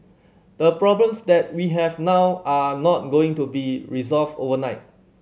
the problems that we have now are not going to be resolved overnight